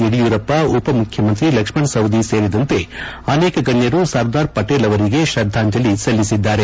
ಯಡಿಯೂರಪ್ಪ ಉಪಮುಖ್ಯಮಂತ್ರಿ ಲಕ್ಷ್ಮಣ ಸವದಿ ಸೇರಿದಂತೆ ಅನೇಕ ಗಣ್ಯರು ಸರ್ದಾರ್ ಪಟೇಲ್ ಅವರಿಗೆ ಶ್ರದ್ಧಾಂಜಲಿ ಸಲ್ಲಿಸಿದ್ದಾರೆ